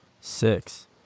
six